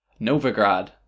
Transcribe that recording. Novigrad